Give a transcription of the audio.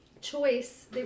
choice